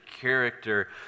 character